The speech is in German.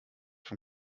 vom